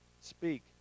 speak